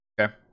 Okay